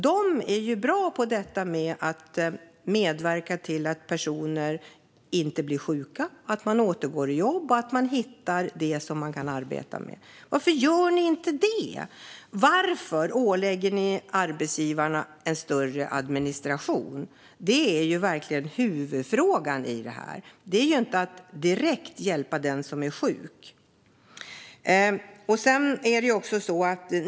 De är bra på detta med att medverka till att personer inte blir sjuka, att de återgår i jobb och att de hittar det som de kan arbeta med. Varför gör ni inte det? Varför ålägger ni arbetsgivarna en större administration? Det är verkligen huvudfrågan i detta. Det är inte att direkt hjälpa den som är sjuk.